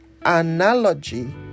analogy